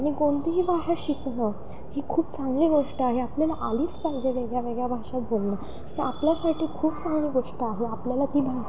आणि कोणतीही भाषा शिकणं ही खूप चांगली गोष्ट आहे आपल्याला आलीच पाहिजे वेगळ्या वेगळ्या भाषा बोलणं तर आपल्यासाठी खूप चांगली गोष्ट आहे आपल्याला ती भा